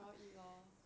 you all eat lor